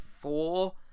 four